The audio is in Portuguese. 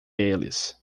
eles